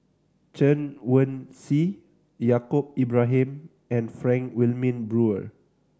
Chen Wen Hsi Yaacob Ibrahim and Frank Wilmin Brewer